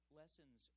lessons